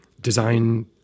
design